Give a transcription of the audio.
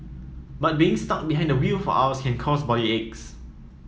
but being stuck behind the wheel for hours can cause body aches